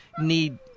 need